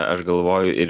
aš galvoju ir